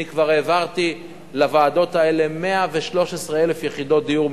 אני כבר העברתי לוועדות האלה 113,000 יחידות דיור,